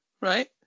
right